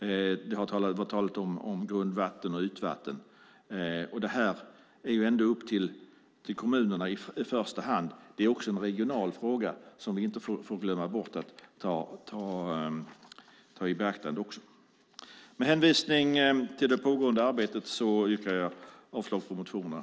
Det har talats om grundvatten och ytvatten. Det här är ändå upp till kommunerna i första hand. Det är också en regional fråga, som vi inte får glömma bort att ta i beaktande. Med hänvisning till det pågående arbetet yrkar jag avslag på motionerna.